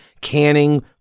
canning